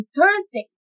Thursday